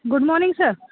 good morning sir